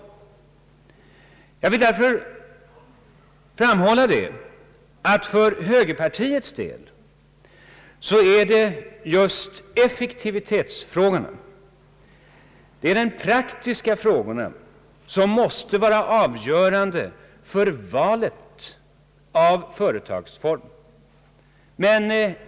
Jag vill därför framhålla att för högerpartiets del är det just effektivitetsfrågorna, de praktiska frågorna, som måste vara avgörande för valet av företagsform.